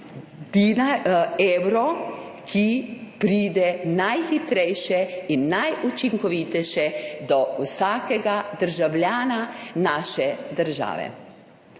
evro, ki pride najhitrejše in najučinkovitejše do vsakega državljana naše države.